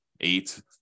eight